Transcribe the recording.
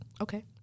okay